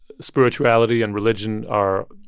spirituality and religion are,